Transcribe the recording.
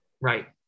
Right